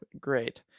great